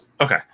Okay